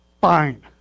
fine